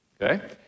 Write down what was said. Okay